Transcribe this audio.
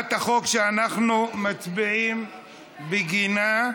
שאנחנו מצביעים בגינה: